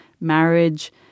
marriage